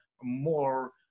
more